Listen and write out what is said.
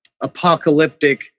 apocalyptic